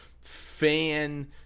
fan